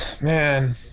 Man